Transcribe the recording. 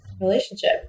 relationship